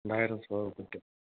രണ്ടായിരം square feet